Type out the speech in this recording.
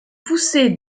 poussaient